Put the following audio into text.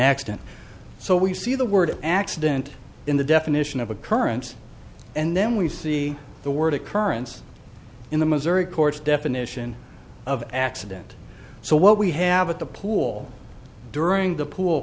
accident so we see the word accident in the definition of occurrence and then we see the word occurrence in the missouri courts definition of accident so what we have at the pool during the pool